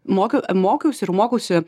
mokiau mokiausi ir mokausi